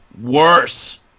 worse